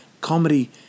Comedy